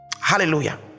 hallelujah